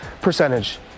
percentage